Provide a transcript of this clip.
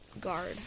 guard